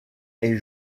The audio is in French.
est